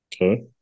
Okay